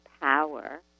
power